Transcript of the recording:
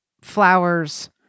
flowers